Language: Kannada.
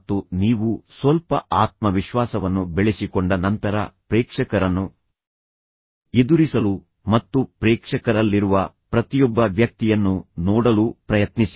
ಮತ್ತು ನೀವು ಸ್ವಲ್ಪ ಆತ್ಮವಿಶ್ವಾಸವನ್ನು ಬೆಳೆಸಿಕೊಂಡ ನಂತರ ಪ್ರೇಕ್ಷಕರನ್ನು ಎದುರಿಸಲು ಮತ್ತು ಪ್ರೇಕ್ಷಕರಲ್ಲಿರುವ ಪ್ರತಿಯೊಬ್ಬ ವ್ಯಕ್ತಿಯನ್ನು ನೋಡಲು ಪ್ರಯತ್ನಿಸಿ